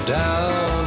down